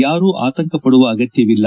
ಯಾರು ಆತಂಕ ಪಡುವ ಅಗತ್ನವಿಲ್ಲ